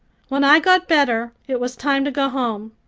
when i got better it was time to go home.